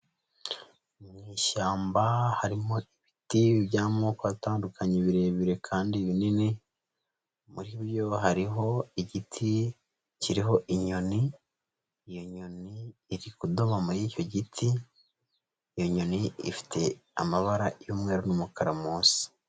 Mu ishyamba harimo ibiti by'amoko atandukanye birebire kandi binini, muri yo hariho igiti kiriho inyoni iyo nyoni iri kudohama muri icyo giti, iyo nyoni ifite amabara y'umweru n'umukara munsi.